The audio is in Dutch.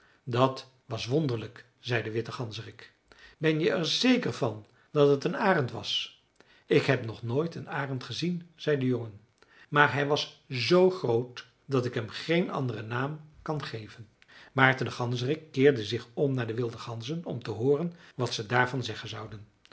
dat was wonderlijk zei de witte ganzerik ben je er zeker van dat het een arend was ik heb nog nooit een arend gezien zei de jongen maar hij was z groot dat ik hem geen andere naam kan geven maarten de ganzerik keerde zich om naar de wilde ganzen om te hooren wat ze daarvan zeggen zouden